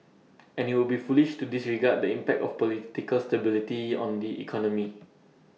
and IT would be foolish to disregard the impact of political stability on the economy